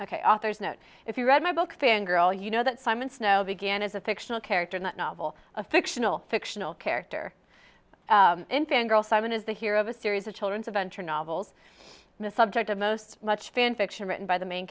ok author's note if you read my book fan girl you know that simon snow began as a fictional character in that novel a fictional fictional character in fan girl simon is the hero of a series of children's adventure novels and the subject of most much fan fiction written by the main